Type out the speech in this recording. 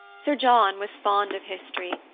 sir john was fond of history,